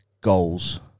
goals